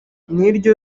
niryo